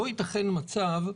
לא ייתכן מצב,